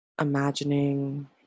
imagining